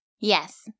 Yes